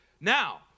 Now